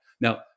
Now